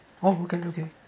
oh okay okay